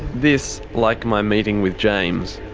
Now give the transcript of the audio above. this, like my meeting with james,